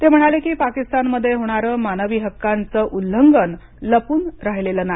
ते म्हणाले की पाकिस्तानमध्ये होणारे मानवी हक्कांचे उल्लंघन लपून राहिलेले नाही